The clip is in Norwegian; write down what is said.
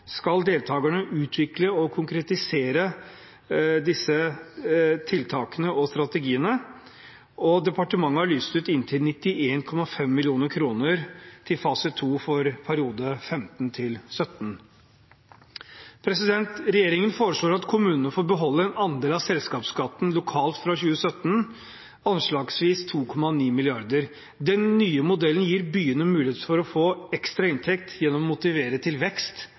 skal deltakerne utvikle og konkretisere disse tiltakene og strategiene, og departementet har lyst ut inntil 91,5 mill. kr til fase 2 for perioden 2015–2017. Regjeringen foreslår at kommunene får beholde en andel av selskapsskatten lokalt fra 2017, anslagsvis 2,9 mrd. kr. Den nye modellen gir byene mulighet for å få ekstra inntekt gjennom å motivere til vekst,